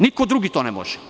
Niko drugi to ne može.